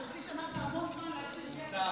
אבל חצי שנה זה המון זמן הוא שר,